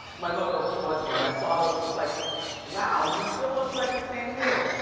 my mother applauds me. my father looks like wow, you still look like the same you.